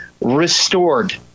restored